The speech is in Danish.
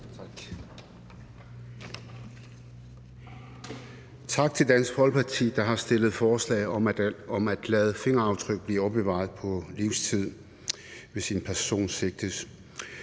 Tak til Dansk Folkeparti, der har fremsat forslag om at lade fingeraftryk blive opbevaret for livstid, hvis en person sigtes.